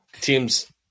Teams